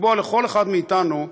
לקבוע לכל אחד ומאתנו,